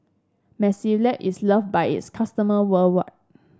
mepilex is loved by its customer worldwide